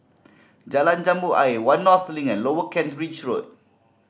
Jalan Jambu Ayer One North Link and Lower Kent Ridge Road